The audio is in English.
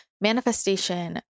manifestation